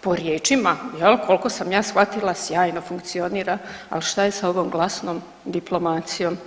po riječima jel koliko sam ja shvatila sjajno funkcionira, ali šta je sa ovom glasnom diplomacijom.